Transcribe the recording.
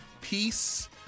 peace